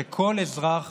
ושכל אזרח